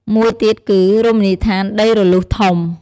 មួយទៀតគឺ រមនីយដ្ឋានដីរលុះធំ។